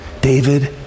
David